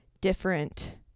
different